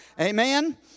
Amen